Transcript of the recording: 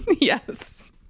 Yes